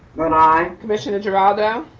and aye. commissioner geraldo.